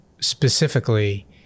specifically